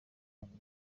rwanda